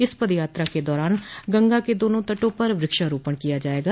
इस पद यात्रा के दौरान गंगा के दोनों तटों पर वृक्षारोपण किया जायेगा